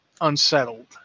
unsettled